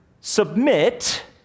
submit